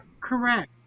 Correct